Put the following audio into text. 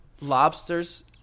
Lobsters